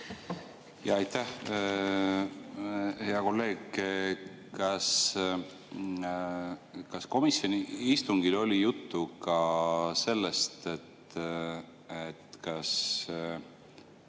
Aitäh! Hea kolleeg! Kas komisjoni istungil oli juttu ka sellest, kas